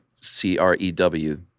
C-R-E-W